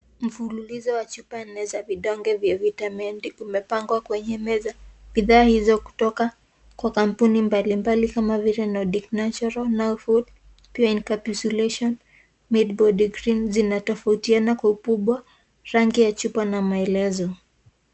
Mfululizo wa chupa nne za vidonge vya vitamin D umepangwa kwenye meza. Bidhaa hizo kutoka kwa kampuni mbalimbali kama vile Nodig Natural, Now Food, Pure Encapsulation Mid body Creams, zinatofautiana kwa ukubwa, rangi ya chupa na maelezo.